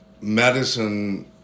medicine